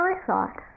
I-thought